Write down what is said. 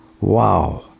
Wow